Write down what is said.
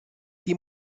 die